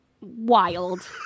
wild